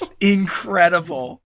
Incredible